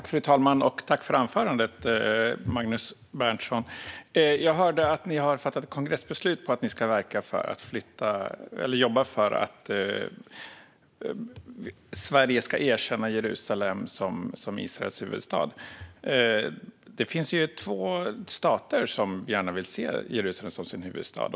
Fru talman! Tack för anförandet, Magnus Berntsson! Jag hörde att ni har fattat ett kongressbeslut om att ni ska jobba för att Sverige ska erkänna Jerusalem som Israels huvudstad. Det finns två stater som gärna vill se Jerusalem som sin huvudstad.